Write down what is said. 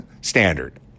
standard